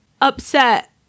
upset